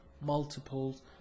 multiples